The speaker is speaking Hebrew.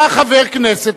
בא חבר כנסת,